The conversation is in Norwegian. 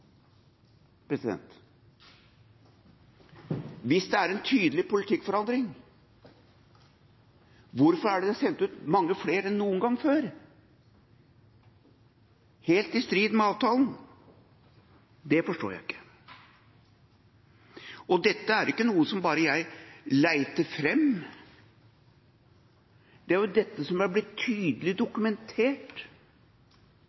Hvis det er en tydelig politikkforandring, hvorfor er det da sendt ut mange flere enn noen gang før – helt i strid med avtalen? Det forstår jeg ikke. Og dette er ikke noe som bare jeg leter fram, det er jo dette som er blitt tydelig dokumentert